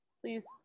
please